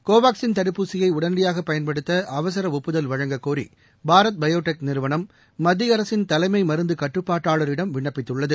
கோவாக்ஸின் தடுப்பூசியை உடனடியாக் பயன்படுத்த அவசர ஒப்புதல் வழங்கக் கோரி பாரத் பயோடெக் நிறுவனம் மத்திய அரசின் தலைமை மருந்து கட்டுப்பாட்டாளரிடம் விண்ணப்பித்துள்ளது